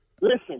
Listen